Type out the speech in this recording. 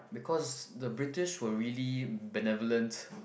because the British were really benevolent